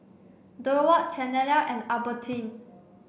Durward Chanelle and Albertine